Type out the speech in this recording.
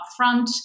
upfront